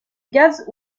gaz